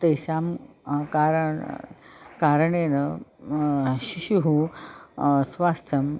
तेषां कारणेन कारणेन शिशुः स्वास्थ्यं